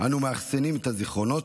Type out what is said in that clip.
אנו מאחסנים את הזיכרונות שלנו,